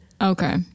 Okay